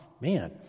man